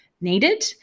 needed